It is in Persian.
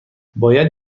باید